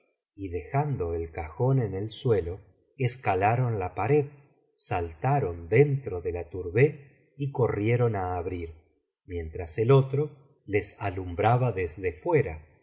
y dejando el cajón en el suelo escalaron la pared saltaron dentro de la tourbeh y corrieron á abrir mientras el otro les alumbraba desde fuera